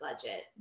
budget